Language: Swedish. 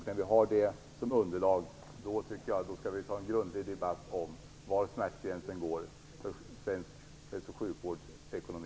När vi har det som underlag skall vi ta en grundlig debatt om var smärtgränsen går för den svenska hälso och sjukvårdens ekonomi.